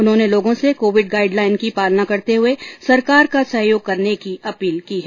उन्होंने लोगों से कोविड गाईडलाईन की पालना करते हुए सरकार का सहयोग करने की अपील की है